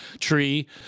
tree